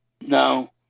No